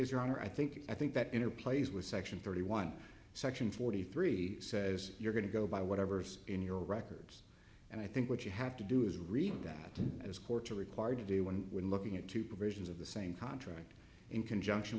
honor i think i think that in a place with section thirty one section forty three says you're going to go by whatever's in your records and i think what you have to do is remember that as courts are required to do one we're looking at two provisions of the same contract in conjunction